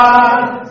God